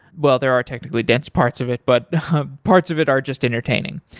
well, there are typically dense parts of it but parts of it are just entertaining.